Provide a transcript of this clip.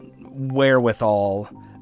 wherewithal